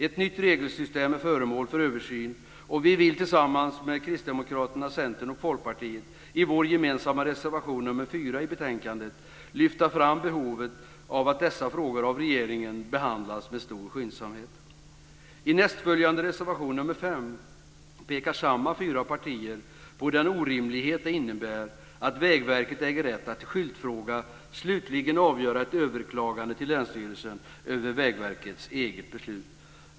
Ett nytt regelsystem är föremål för översyn. Vi vill tillsammans med Kristdemokraterna, Centern och Folkpartiet i vår gemensamma reservation, nr 4, i betänkandet lyfta fram behovet av att dessa frågor behandlas med stor skyndsamhet av regeringen. I nästföljande reservation, nr 5, pekar samma fyra partier på den orimlighet det innebär att Vägverket äger rätt att i skyltfrågor slutligen avgöra ett överklagande till länsstyrelsen över Vägverkets eget beslut.